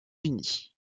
unis